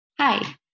hi